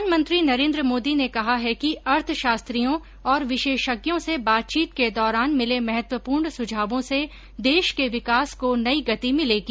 प्रधानमंत्री नरेन्द्र मोदी ने कहा है कि अर्थशास्त्रियों और विशेषज्ञों से बातचीत के दौरान मिले महत्वपूर्ण सुझावों से देश के विकास को नई गति मिलेगी